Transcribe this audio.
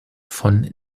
von